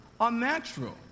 unnatural